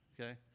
okay